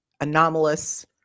anomalous